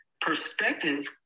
Perspective